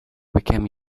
became